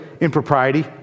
impropriety